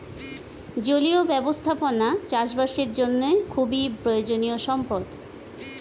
জলীয় ব্যবস্থাপনা চাষবাসের জন্য খুবই প্রয়োজনীয় সম্পদ